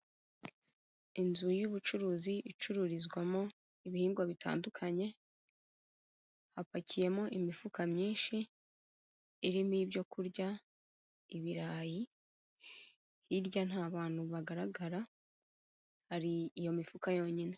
Inzu y'ubucuruzi icururizwamo ibihingwa bitandukanye, hapakiyemo imifuka myinshi, irimo ibyo kurya, ibirayi, hirya nta bantu bagaragara, hari iyo mifuka yonyine.